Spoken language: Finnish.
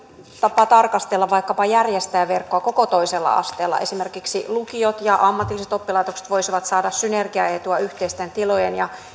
tapa tarkastella vaikkapa järjestäjäverkkoa koko toisella asteella esimerkiksi lukiot ja ammatilliset oppilaitokset voisivat saada synergiaetua yhteisten tilojen ja